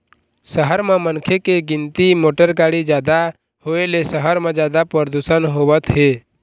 सहर म मनखे के गिनती, मोटर गाड़ी जादा होए ले सहर म जादा परदूसन होवत हे